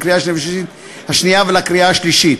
לקריאה השנייה ולקריאה השלישית.